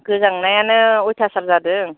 गोजांनायानो अयथासार जादों